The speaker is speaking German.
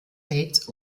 bates